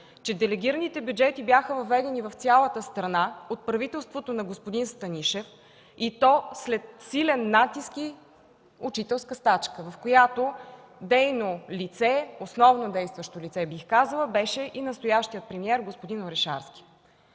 че делегираните бюджети бяха въведени в цялата страна от правителството на господин Станишев, и то след силен натиск и учителска стачка, в която дейно лице – основно действащо лице, бих казала, беше и настоящият премиер господин Орешарски.